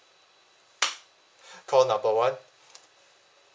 call number one